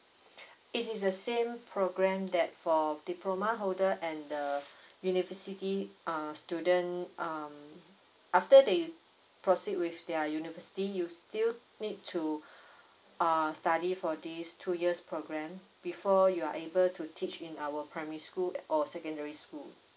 it is the same programme that for diploma holder and the university uh student um after they proceed with their university you still need to uh study for these two years programme before you are able to teach in our primary school or secondary school